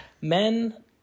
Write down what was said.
Men